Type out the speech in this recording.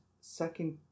second